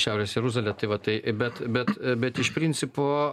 šiaurės jeruzalė tai va tai bet bet bet iš principo